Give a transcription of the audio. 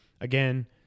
Again